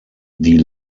die